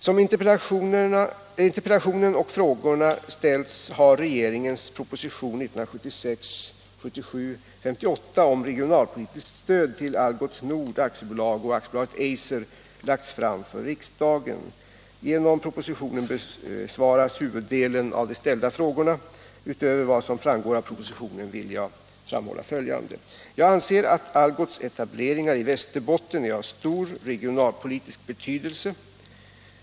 Sedan interpellationerna och frågan framställdes har regeringens prop. 1976/77:58 om regionalpolitiskt stöd till Algots Nord AB och AB Eiser lagts fram för riksdagen. Genom propositionen besvaras huvuddelen av de ställda frågorna. Utöver vad som framgår av propositionen vill jag framhålla följande. Jag anser att Algots etableringar i Västerbotten är av stor regionalpolitisk betydelse.